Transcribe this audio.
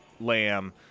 lamb